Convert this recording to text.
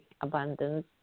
abundance